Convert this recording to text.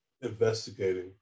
investigating